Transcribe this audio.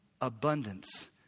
abundance